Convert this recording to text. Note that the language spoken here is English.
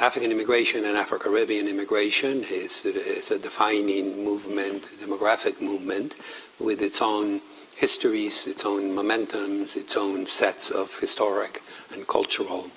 african immigration and afro-caribbean is is a defining movement demographic movement with its own histories, its own momentum, its own sets of historic and cultural